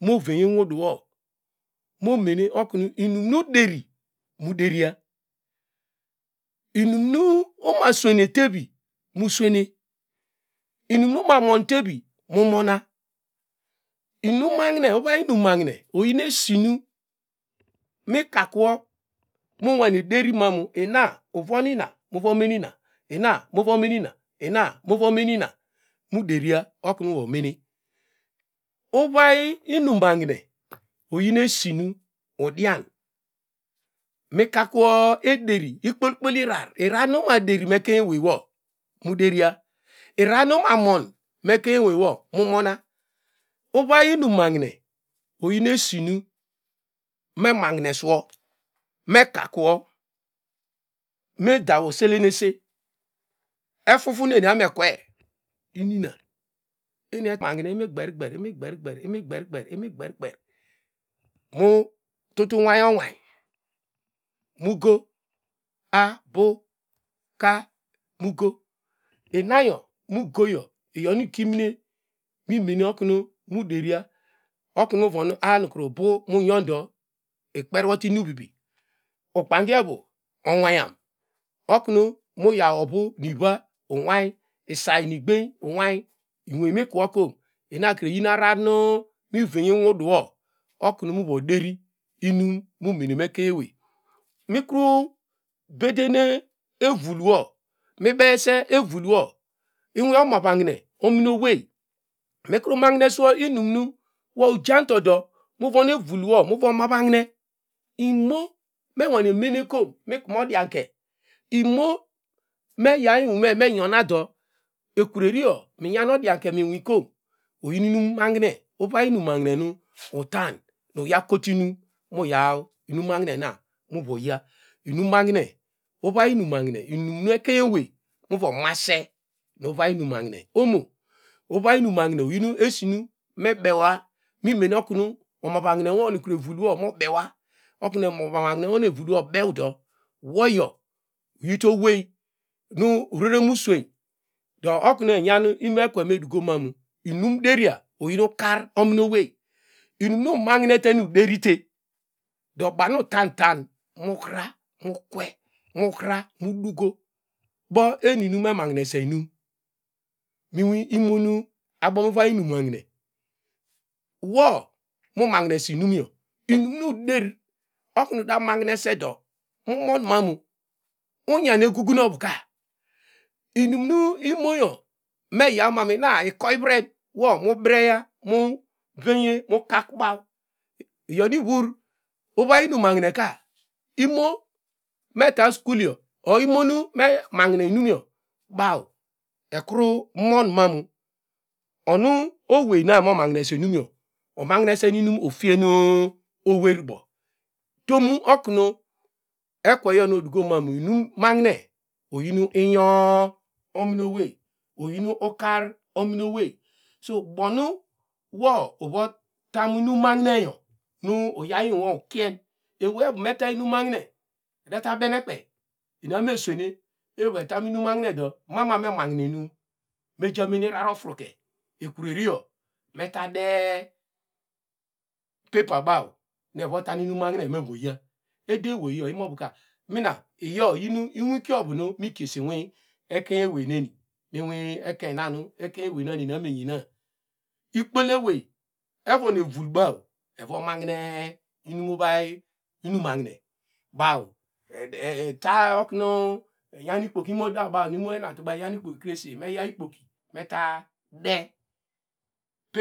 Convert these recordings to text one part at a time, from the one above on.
Movenye inwidwo uderi nu denya inimu umaswene tevic mu siene inumu uman teri ma onona inum mahure iwey in imnahne ina iwonia muvumiena nu ekeiny ewei nuvo masa avay inumahine omo ovay inun nchine oyin esinu mebwa ineme okun omahanhne no nu eval no mobewa okin uravahne evuluo obew do woyo uyite owey mu rere mu swenu okun enyan inueke moekotwina inim deria oyin ukar owey inin nu uma vandute no mente do baw nutantan onukre muhra muduko ude enime mahnese inim eta okru enyan ikpoki, inodabow imo enotubaw enyam ikpoki krese ikpolonen evon egiba eva mahine inin inmahine baw meta oknu ikpoki mo dabaw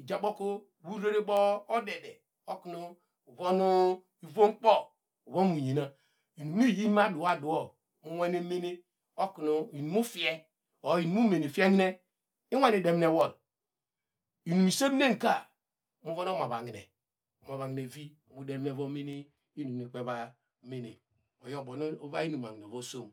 ijakabo urere bo odede moknu waru uvonkpo vom monyena ini ayi ma aduo aduo mimome met kmu fie okinu fiehne inimseneka mu va mahevi nwo mene inim nu ikpenba mene oyo bom uvay nu.